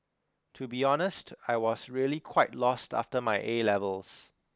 to be honest I was really quite lost after my A levels